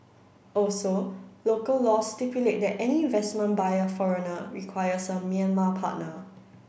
also local laws stipulate that any investment by a foreigner requires a Myanmar partner